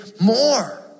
more